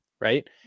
right